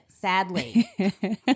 sadly